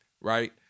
right